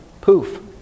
Poof